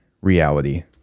reality